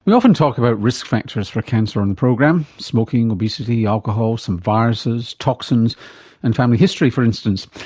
we often talk about risk factors for cancer on the program smoking, obesity, alcohol, some viruses, toxins and family history, for instance.